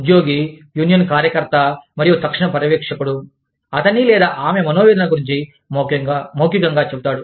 ఉద్యోగి యూనియన్ కార్యకర్త మరియు తక్షణ పర్యవేక్షకుడు అతని లేదా ఆమె మనోవేదన గురించి మౌఖికంగా చెబుతాడు